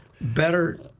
Better